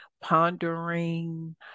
pondering